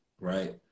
right